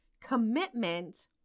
commitment